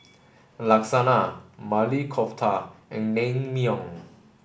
Lasagna Maili Kofta and Naengmyeon